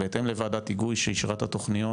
בהתאם לוועדת היגוי שאישרה את התוכניות